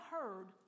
heard